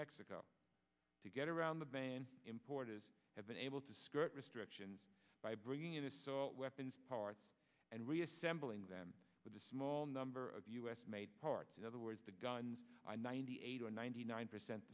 mexico to get around the ban importers have been able to skirt restrictions by bringing in assault weapons parts and reassembling them with a small number of u s made parts to other words the guns i ninety eight or ninety nine percent